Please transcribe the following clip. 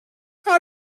how